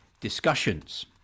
discussions